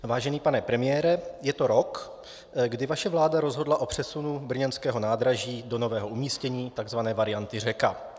Vážený pane premiére, je to rok, kdy vaše vláda rozhodla o přesunu brněnského nádraží do nového umístění, takzvané varianty řeka.